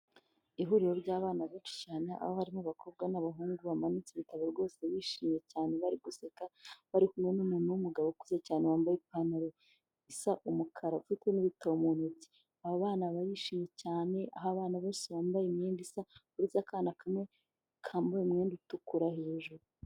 Ihuriro ry'abana benshi cyane abo barimo abakobwa n'abahungu bamanitse ibitabo rwose bishimye cyane bari guseka, bari kumwe n'umuntu w'umugabo ukuze cyane wambaye ipantaro isa umukara ufite n'ibitabo mu ntoki, aba bana barishimye cyane aho abana bose bambaye imyenda isa uretse akana kamwe kambaye umwenda utukura hejuru.